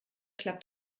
klappt